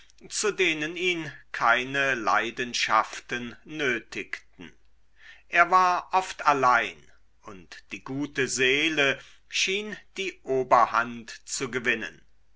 zu denen ihn keine leidenschaften nötigten er war oft allein und die gute seele schien die oberhand zu gewinnen